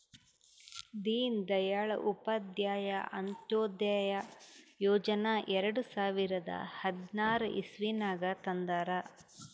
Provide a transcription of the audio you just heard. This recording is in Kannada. ದೀನ್ ದಯಾಳ್ ಉಪಾಧ್ಯಾಯ ಅಂತ್ಯೋದಯ ಯೋಜನಾ ಎರಡು ಸಾವಿರದ ಹದ್ನಾರ್ ಇಸ್ವಿನಾಗ್ ತಂದಾರ್